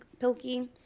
pilkey